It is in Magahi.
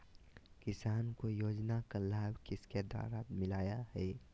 किसान को योजना का लाभ किसके द्वारा मिलाया है?